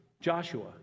Joshua